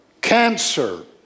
Cancer